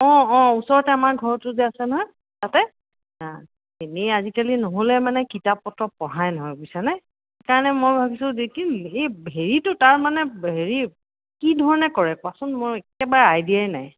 অঁ অঁ ওচৰতে আমাৰ ঘৰতো যে আছে নহয় তাতে এনেই আজিকালি নহ'লে মানে কিতাপ পত্ৰ পঢ়াই নহয় বুজিছানে সেইকাৰণে মই ভাবিছোঁ যে কি এই হেৰিটো তাৰ মানে হেৰি কি ধৰণে কৰে কোৱাচোন মোৰ একেবাৰে আইডিয়াই নাই